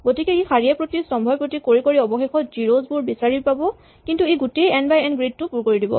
গতিকে ই শাৰীয়ে প্ৰতি স্তম্ভই প্ৰতি কৰি কৰি অৱশেষত জিৰ' জ বোৰ বিচাৰি পাব কিন্তু ই গোটেই এন বাই এন গ্ৰীড টো পুৰ কৰি দিব